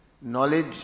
Knowledge